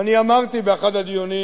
אני אמרתי באחד הדיונים,